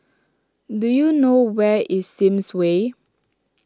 do you know where is Sims Way